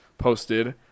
posted